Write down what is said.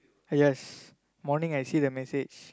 yes morning I see the message